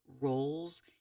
roles